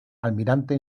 almirante